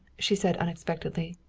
she said unexpectedly,